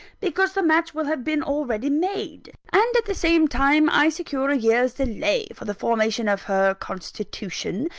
because the match will have been already made. and, at the same time, i secure a year's delay, for the formation of her constitution,